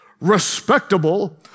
respectable